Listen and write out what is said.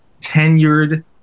tenured